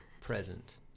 Present